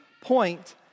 point